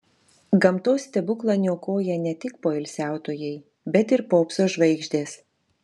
gamtos stebuklą niokoja ne tik poilsiautojai bet ir popso žvaigždės